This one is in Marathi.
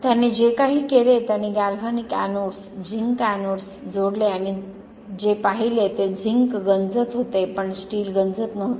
त्याने जे काही केले त्याने गॅल्व्हॅनिक एनोड्स झिंक एनोड्स जोडले आणि त्याने जे पाहिले ते झिंक गंजत होते पण स्टील गंजत नव्हते